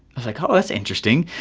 i was like, oh, that's interesting.